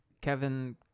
Kevin